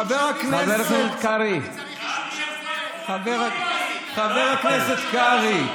חבר הכנסת קרעי, חבר הכנסת קרעי,